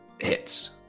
hits